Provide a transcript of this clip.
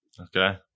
okay